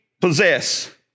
possess